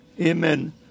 Amen